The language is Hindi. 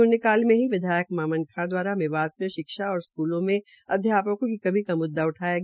शून्यकाल में ही विधायक मामन खां द्वारा मेवात में शिक्षा और स्कूलों में अध्यापकों की कमी का मृद्दा उठाया गया